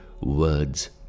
words